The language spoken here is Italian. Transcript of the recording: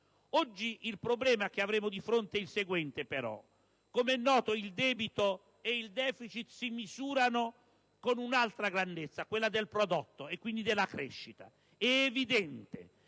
Oggi il problema che avremo di fronte è però il seguente. Com'è noto, il debito e il deficit e si misurano con un'altra grandezza, quella del prodotto, quindi della crescita. È evidente